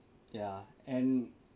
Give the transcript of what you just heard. ya and